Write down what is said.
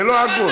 זה לא הגון.